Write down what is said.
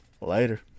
Later